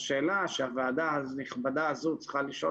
השאלה שהוועדה הנכבדה הזו צריכה לשאול